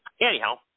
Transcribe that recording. Anyhow